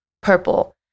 Purple